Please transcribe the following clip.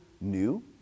new